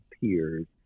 peers